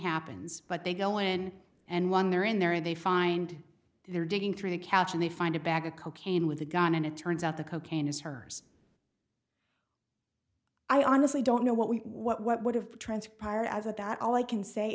happens but they go in and when they're in there they find they're digging through a couch and they find a bag of cocaine with a gun and it turns out the cocaine is hers i honestly don't know what we what what would have transpired as of that all i can say